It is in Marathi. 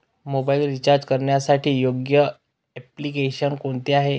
मोबाईल रिचार्ज करण्यासाठी योग्य एप्लिकेशन कोणते आहे?